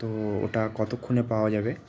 তো ওটা কতক্ষণে পাওয়া যাবে